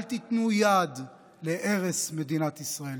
אל תיתנו יד להרס מדינת ישראל.